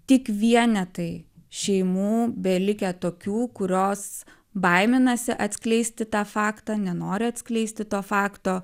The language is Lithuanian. tik vienetai šeimų belikę tokių kurios baiminasi atskleisti tą faktą nenori atskleisti to fakto